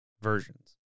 versions